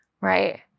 Right